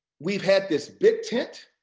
we've had this big tent